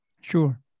Sure